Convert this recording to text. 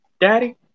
Daddy